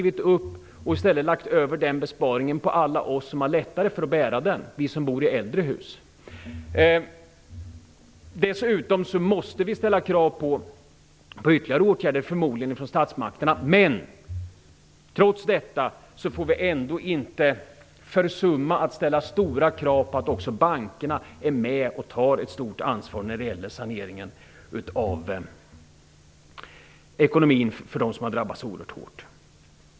Vi har i stället lagt över den besparingen på alla oss som har lättare att bära den, på oss som bor i äldre hus. Dessutom måste vi ställa krav på ytterligare åtgärder, förmodligen från statsmakterna. Men trots detta får vi ändå inte försumma att ställa stora krav på att också bankerna är med och tar ett stort ansvar när det gäller saneringen av ekonomin för dem som har drabbats oerhört hårt.